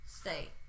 stay